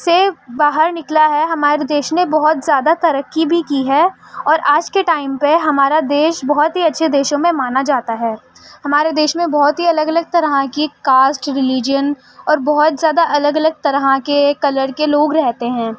سے باہر نکلا ہے ہمارے دیش نے بہت زیادہ ترقی بھی کی ہے اور آج کے ٹائم پہ ہمارا دیش بہت ہی اچھے دیشوں میں مانا جاتا ہے ہمارے دیش میں بہت ہی الگ الگ طرح کی کاسٹ رلیجن اور بہت زیادہ الگ الگ طرح کے کلر کے لوگ رہتے ہیں